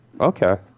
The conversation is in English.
Okay